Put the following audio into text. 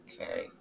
Okay